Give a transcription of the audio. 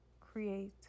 create